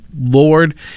Lord